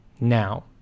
Now